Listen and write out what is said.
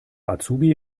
azubi